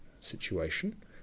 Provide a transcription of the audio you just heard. situation